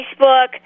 Facebook